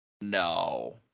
No